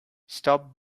stop